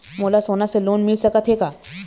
मोला सोना से लोन मिल सकत हे का?